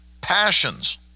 passions